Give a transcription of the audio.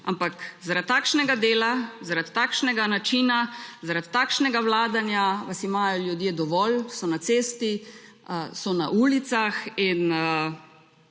ampak, zaradi takšnega dela, zaradi takšnega načina, zaradi takšnega vladanja, vas imajo ljudje dovolj, so na cesti, so na ulicah in